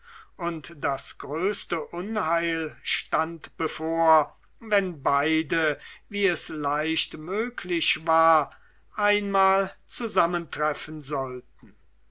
und das größte unheil stand bevor wenn beide wie es leicht möglich war einmal zusammentreffen sollten